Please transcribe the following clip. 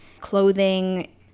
clothing